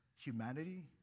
Humanity